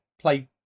play